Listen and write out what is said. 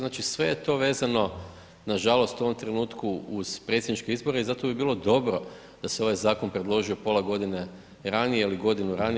Znači sve je to vezano nažalost u ovom trenutku uz predsjedničke izbore i zato bi bilo dobro da se ovaj zakon predložio pola godine ranije ili godinu ranije.